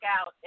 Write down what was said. out